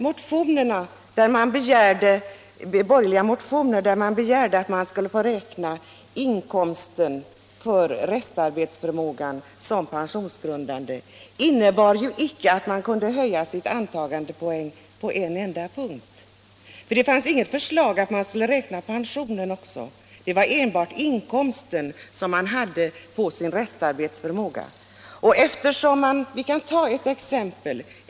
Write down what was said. Men de borgerliga motioner, i vilka det begärdes att man skulle få räkna inkomsten för restarbetsförmågan, innebar ju inte att man på en enda punkt kunde höja sin antagandepoäng. Det fanns nämligen inget förslag om att även pensionen skulle räknas, utan det gällde endast inkomsten på restarbetsförmågan. Vi kan ta ett exempel.